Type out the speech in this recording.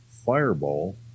Fireball